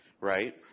right